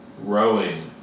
Rowing